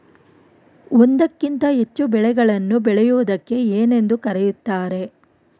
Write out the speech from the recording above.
ಒಂದಕ್ಕಿಂತ ಹೆಚ್ಚು ಬೆಳೆಗಳನ್ನು ಬೆಳೆಯುವುದಕ್ಕೆ ಏನೆಂದು ಕರೆಯುತ್ತಾರೆ?